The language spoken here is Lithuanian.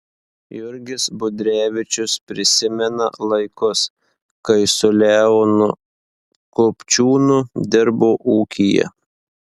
jurgis budrevičius prisimena laikus kai su leonu kupčiūnu dirbo ūkyje